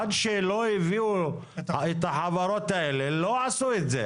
עד שלא הביאו את החברות האלה, לא עשו את זה.